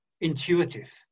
intuitive